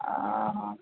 ଅହ